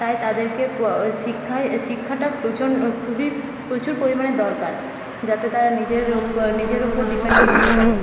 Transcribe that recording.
তাই তাদেরকে শিক্ষায় শিক্ষাটা প্রচণ্ড খুবই প্রচুর পরিমাণে দরকার যাতে তারা নিজের নিজের ওপর ডিপেন্ডেন্ট হতে পারে